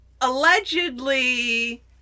allegedly